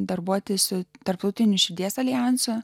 darbuotis su tarptautiniu širdies aljanso